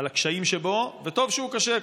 על הקשיים שבו, וטוב שהוא קשה,